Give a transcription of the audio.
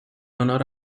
honor